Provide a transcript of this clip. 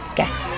Guess